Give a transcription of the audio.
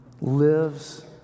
lives